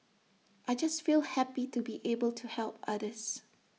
I just feel happy to be able to help others